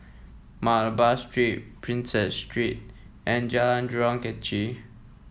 Malabar Street Prinsep Street and Jalan Jurong Kechil